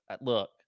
look